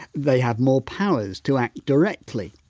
they have more powers to act directly.